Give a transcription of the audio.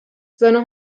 seine